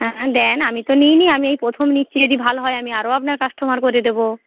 হ্যাঁ দেন আমি তো নিইনি আমি এই প্রথম নিচ্ছি যদি ভালো হয় আমি আরও আপনার কাস্টমার করে দেব